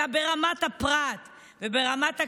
אלא ברמת הפרט וברמת הכלל,